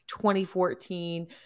2014